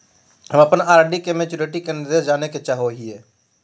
हम अप्पन आर.डी के मैचुरीटी के निर्देश जाने के चाहो हिअइ